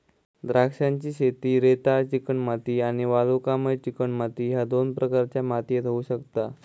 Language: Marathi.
द्राक्षांची शेती रेताळ चिकणमाती आणि वालुकामय चिकणमाती ह्य दोन प्रकारच्या मातीयेत होऊ शकता